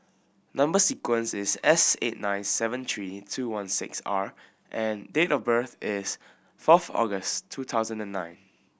number sequence is S eight nine seven three two one six R and date of birth is fourth August two thousand and nine